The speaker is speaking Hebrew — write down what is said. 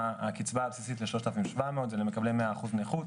מביאים את הבשורה שציבור הנכים מחכה לה,